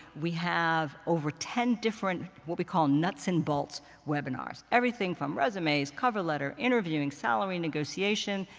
we have over ten different, what we call, nuts and bolts webinars everything from resumes, cover letter, interviewing, salary negotiation,